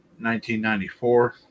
1994